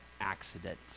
accident